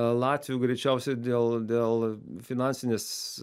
latvių greičiausiai dėl dėl finansinės